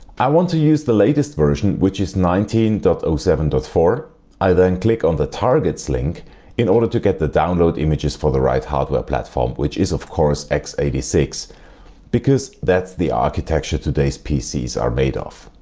i want to use the latest version which is nineteen point zero seven but four i then click on the targets link in order to get the download images for the right hardware platform which is of course x eight six because that's the architecture today's pcs are made of.